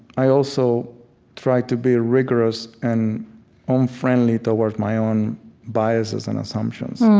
i also try to be ah rigorous and unfriendly towards my own biases and assumptions.